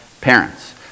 parents